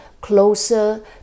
closer